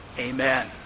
Amen